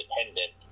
independent